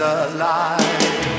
alive